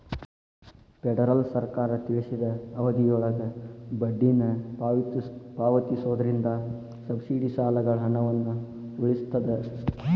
federal ಸರ್ಕಾರ ತಿಳಿಸಿದ ಅವಧಿಯೊಳಗ ಬಡ್ಡಿನ ಪಾವತಿಸೋದ್ರಿಂದ ಸಬ್ಸಿಡಿ ಸಾಲಗಳ ಹಣವನ್ನ ಉಳಿಸ್ತದ